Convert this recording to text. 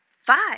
Five